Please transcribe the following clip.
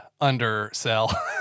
undersell